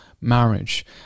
marriage